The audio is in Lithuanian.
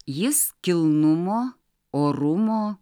jis kilnumo orumo